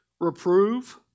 Reprove